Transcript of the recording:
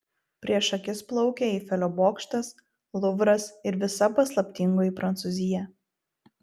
prieš akis plaukė eifelio bokštas luvras ir visa paslaptingoji prancūzija